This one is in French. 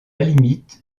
limite